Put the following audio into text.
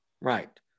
Right